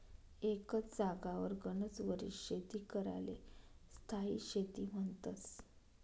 एकच जागावर गनच वरीस शेती कराले स्थायी शेती म्हन्तस